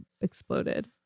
exploded